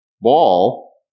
ball